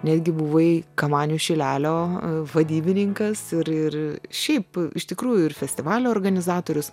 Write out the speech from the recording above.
netgi buvai kamanių šilelio vadybininkas ir ir šiaip iš tikrųjų ir festivalio organizatorius